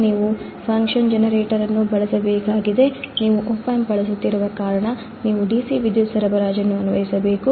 ನೀವು function generator ಅನ್ನು ಬಳಸಬೇಕಾಗಿದೆ ನೀವು ಓಪ್ಯಾಂಪ್ ಬಳಸುತ್ತಿರುವ ಕಾರಣ ನೀವು ಡಿಸಿ ವಿದ್ಯುತ್ ಸರಬರಾಜನ್ನು ಅನ್ವಯಿಸಬೇಕು